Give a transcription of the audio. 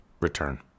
return